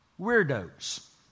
weirdos